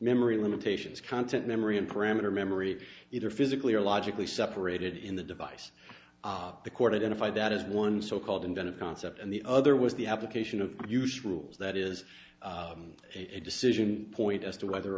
memory limitations content memory and parameter memory either physically or logically separated in the device the court identified that as one so called inventive concept and the other was the application of usuals that is a decision point as to whether